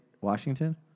Washington